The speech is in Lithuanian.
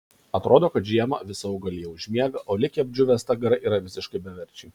atrodo kad žiemą visa augalija užmiega o likę apdžiūvę stagarai yra visiškai beverčiai